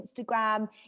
Instagram